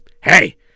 Hey